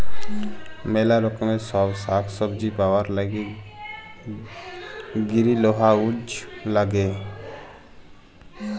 ম্যালা রকমের ছব সাগ্ সবজি পাউয়ার ল্যাইগে গিরিলহাউজ ল্যাগে